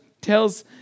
tells